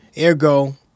ergo